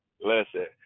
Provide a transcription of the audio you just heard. listen